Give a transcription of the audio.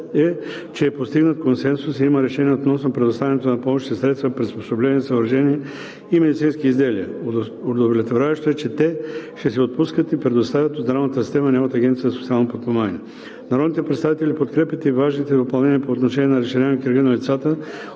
е, че е постигнат консенсус и има решение относно предоставянето на помощните средства, приспособления, съоръжения и медицински изделия. Удовлетворяващо е, че те ще се отпускат и предоставят от здравната система, а не от Агенцията за социално подпомагане. Народните представители подкрепят и важните допълнения по отношение на разширяване кръга на лицата,